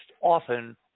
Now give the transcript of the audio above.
often